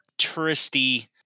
Touristy